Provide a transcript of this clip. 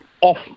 off